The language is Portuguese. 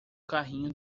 carrinho